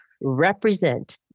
represent